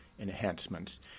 enhancements